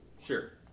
Sure